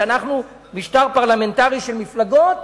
משטר פרלמנטרי של מפלגות,